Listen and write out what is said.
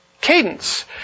Cadence